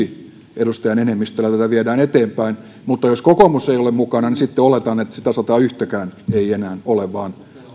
edustajan enemmistöllä tätä viedään eteenpäin mutta jos kokoomus ei ole mukana niin sitten oletan että sitä sataayhtäkään ei enää ole vaan